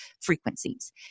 frequencies